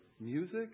music